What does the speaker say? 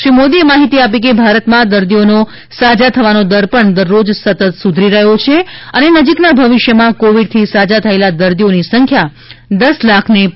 શ્રી મોદીએ માહિતી આપી કે ભારતમાં દર્દીઓનો સાજા થવાનો દર પણ દરરોજ સતત સુધરી રહ્યો છે અને નજીકના ભવિષ્યમાં કોવિડથી સાજા થયેલા દર્દીઓની સંખ્યા દસ લાખને પાર કરશે